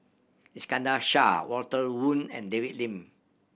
Iskandar Shah Walter Woon and David Lim